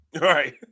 Right